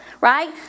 Right